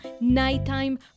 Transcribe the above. nighttime